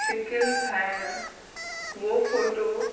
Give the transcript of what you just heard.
शिकिलि ठाहिणु उहो फोटो